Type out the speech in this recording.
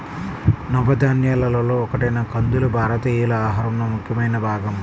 నవధాన్యాలలో ఒకటైన కందులు భారతీయుల ఆహారంలో ముఖ్యమైన భాగం